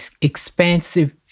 expansive